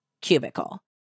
cubicle